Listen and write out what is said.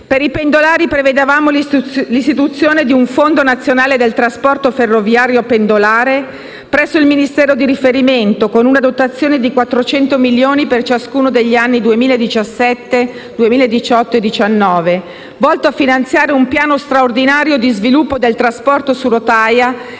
Per i pendolari prevedevamo l'istituzione di un fondo nazionale del trasporto ferroviario pendolare presso il Ministero di riferimento, con una dotazione di 400 milioni per ciascuno degli anni 2017-2018-2019, volto a finanziare un piano straordinario di sviluppo del trasporto su rotaia,